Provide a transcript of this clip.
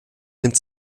nimmt